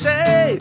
Say